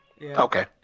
Okay